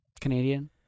Canadian